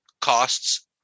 costs